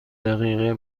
دقیقه